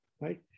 right